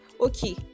okay